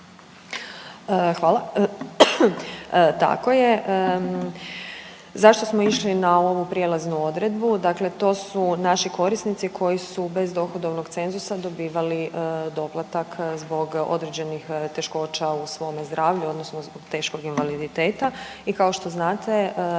Hvala. Tako je. Zašto smo išli na ovu prijelaznu odredbu? Dakle to su naši korisnici koji su bez dohodovnog cenzusa dobivali doplatak zbog određenih teškoća u svome zdravlju odnosno zbog teškog invaliditeta i kao što znate